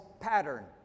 pattern